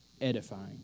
edifying